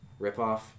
ripoff